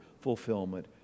fulfillment